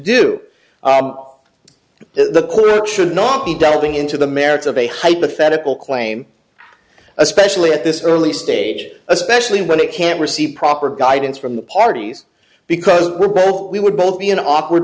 do the clear should not be delving into the merits of a hypothetical claim especially at this early stage especially when it can't receive proper guidance from the parties because we would both be an awkward